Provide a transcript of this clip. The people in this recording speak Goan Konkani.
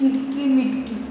चिटकी मिटकी